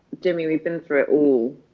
jimmy, we've been through it all.